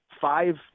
five